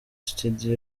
studio